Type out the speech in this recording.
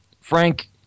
Frank